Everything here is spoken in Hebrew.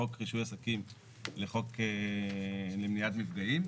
מחוק רישוי עסקים לחוק למניעת מפגעים.